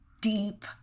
deep